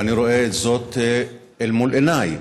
ואני רואה זאת אל מול עיניי: